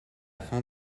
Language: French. fin